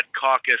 caucus